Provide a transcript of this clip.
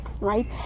right